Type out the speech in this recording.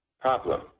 problem